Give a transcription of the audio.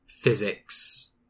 physics